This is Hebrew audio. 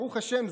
ברוך השם,